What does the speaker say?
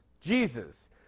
Jesus